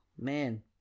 Man